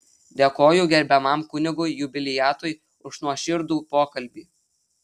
dėkoju gerbiamam kunigui jubiliatui už nuoširdų pokalbį